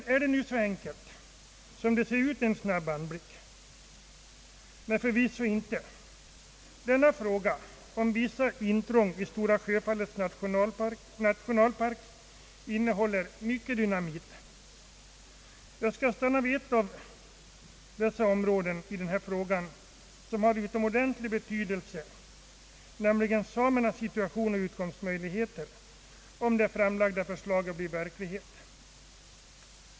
Är problemet nu så enkelt som det ser ut vid en snabb anblick? Förvisso inte! Frågan om vissa intrång i Stora Sjöfallets nationalpark innehåller mycket dynamit. Jag skall stanna vid en delfråga, som har utomordentligt stor betydelse, nämligen samernas situation och utkomstmöjligheter om det framlagda förslaget blir verklighet.